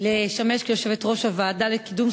לשמש כיושבת-ראש הוועדה לקידום זכויות הילד.